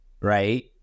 right